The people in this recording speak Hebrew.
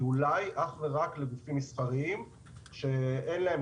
היא אולי אך ורק לגופים מסחריים שאין להם